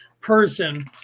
person